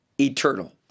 eternal